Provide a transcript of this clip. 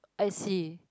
I see